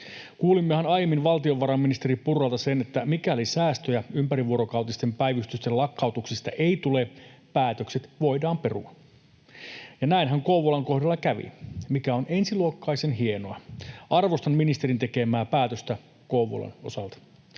Kuulimmehan aiemmin valtiovarainministeri Purralta sen, että mikäli säästöjä ympärivuorokautisten päivystysten lakkautuksista ei tule, päätökset voidaan perua, ja näinhän Kouvolan kohdalla kävi, mikä on ensiluokkaisen hienoa. Arvostan ministerin tekemää päätöstä Kouvolan osalta.